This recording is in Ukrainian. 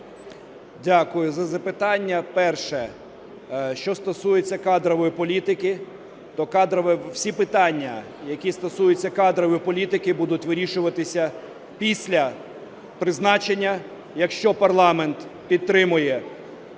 Дякую за запитання. Перше, що стосується кадрової політики, то всі питання, які стосуються кадрової політики, будуть вирішуватися після призначення, якщо парламент підтримає подання